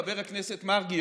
חבר הכנסת מרגי,